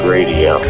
Radio